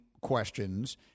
questions